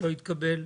לא התקבל.